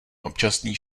občasný